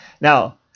Now